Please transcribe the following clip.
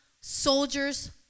soldiers